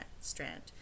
strand